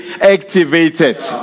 activated